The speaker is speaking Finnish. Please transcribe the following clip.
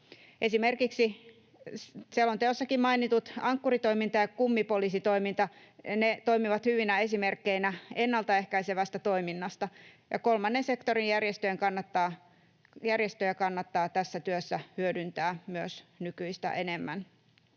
Esimerkiksi selonteossakin mainitut Ankkuri-toiminta ja kummipoliisitoiminta toimivat hyvinä esimerkkeinä ennalta ehkäisevästä toiminnasta. Kolmannen sektorin järjestöjä kannattaa tässä työssä hyödyntää myös nykyistä enemmän.